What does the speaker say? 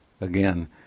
again